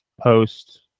post